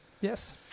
Yes